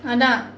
and ah